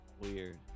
weird